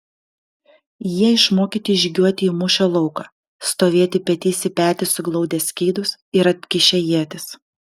jie išmokyti žygiuoti į mūšio lauką stovėti petys į petį suglaudę skydus ir atkišę ietis